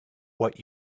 what